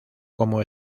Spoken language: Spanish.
como